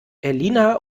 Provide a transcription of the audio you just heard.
elina